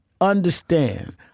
understand